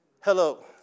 Hello